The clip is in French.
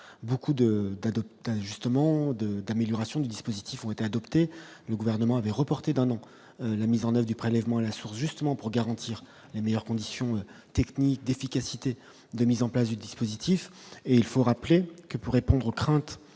un justement de d'amélioration du dispositif ont été adoptés, le gouvernement avait reporté d'un an la mise en eau du prélèvement à la source justement pour garantir les meilleures conditions techniques d'efficacité, de mise en place du dispositif et il faut rappeler que pour répondre aux craintes